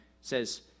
says